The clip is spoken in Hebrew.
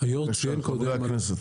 ושל חברי הכנסת.